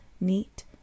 neat